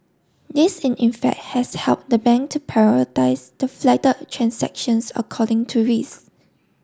this in effect has helped the bank to prioritise the transactions according to risk